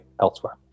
elsewhere